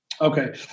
Okay